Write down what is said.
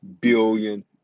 billion